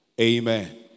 Amen